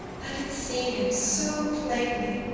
i can see him so plainly,